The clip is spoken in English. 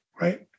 right